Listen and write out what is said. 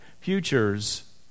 Futures